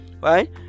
right